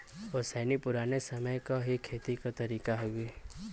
ओसैनी पुराने समय क ही खेती क तरीका हउवे